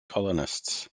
colonists